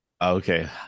Okay